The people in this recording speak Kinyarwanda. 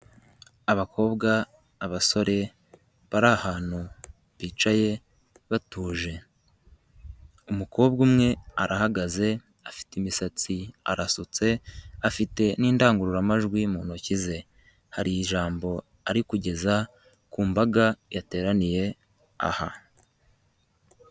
Abakobwa, abasore bari ahantu bicaye batuje, umukobwa umwe arahagaze afite imisatsi arasutse afite n'indangururamajwi mu ntoki ze, hari ijambo ari kugeza ku mbaga yateraniye aha.